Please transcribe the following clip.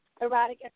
Erotic